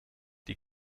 die